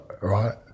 right